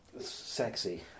Sexy